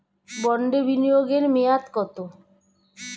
বন্ডে বিনিয়োগ এর মেয়াদ কত?